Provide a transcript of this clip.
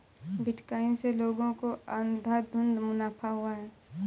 bitcoin से लोगों को अंधाधुन मुनाफा हुआ है